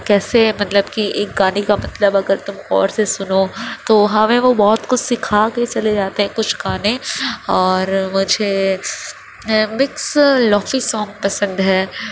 کیسے مطلب کہ ایک گانے کا مطلب اگر تم غور سے سنو تو ہمیں وہ بہت کچھ سکھا کے چلے جاتے ہیں کچھ گانے اور مجھے مکس لوکی سونگ پسند ہیں